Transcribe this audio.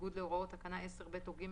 בניגוד10,000 להוראות תקנה 10(ב) או (ג)